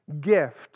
gift